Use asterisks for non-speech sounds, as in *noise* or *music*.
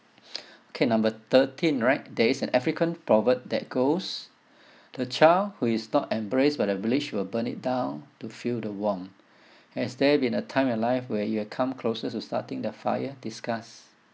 *noise* okay number thirteen right there is an african proverb that goes the child who is not embraced by the village will burn it down to feel the warmth has there been a time in your life where have you come closer to starting the fire discuss